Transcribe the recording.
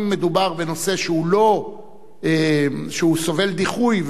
אם מדובר בנושא שסובל דיחוי,